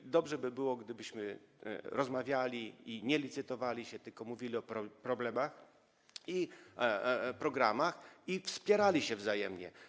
I dobrze by było, gdybyśmy rozmawiali i nie licytowali się, tylko mówili o problemach i programach i wspierali się wzajemnie.